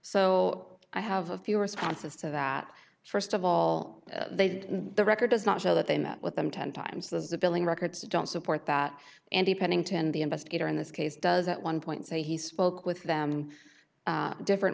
so i have a few responses to that st of all they did the record does not show that they met with them ten times as the billing records don't support that andy pennington the investigator in this case does at one point say he spoke with them and different